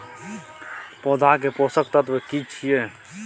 पौधा के पोषक तत्व की छिये?